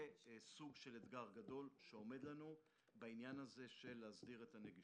זה סוג של אתגר גדול שעומד לנו בעניין הסדרת הנגישות.